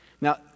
Now